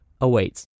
awaits